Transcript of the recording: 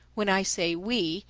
when i say we,